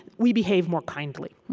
we behave more kindly.